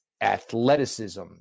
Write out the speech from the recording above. athleticism